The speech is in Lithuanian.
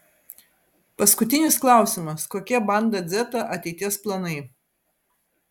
paskutinis klausimas kokie banda dzeta ateities planai